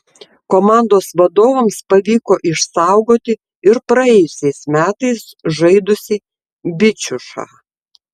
komandos vadovams pavyko išsaugoti ir praėjusiais metais žaidusį bičiušą